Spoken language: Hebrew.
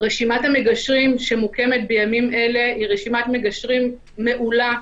רשימת המגשרים שמוקמת בימים אלה היא רשימת מגשרים מעולה,